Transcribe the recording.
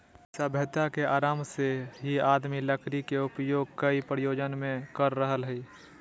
सभ्यता के आरम्भ से ही आदमी लकड़ी के उपयोग कई प्रयोजन मे कर रहल हई